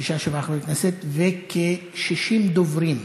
שישה-שבעה חברי כנסת, וכ-60 דוברים.